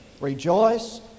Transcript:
Rejoice